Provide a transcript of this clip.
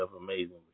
amazingly